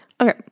Okay